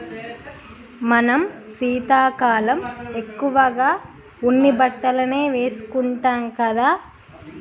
మనం శీతాకాలం ఎక్కువగా ఉన్ని బట్టలనే వేసుకుంటాం కదా